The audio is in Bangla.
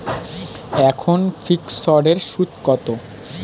এখন ফিকসড এর সুদ কত?